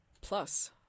plus